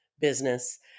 business